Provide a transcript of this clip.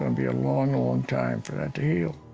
um be a long, long time for that to heal.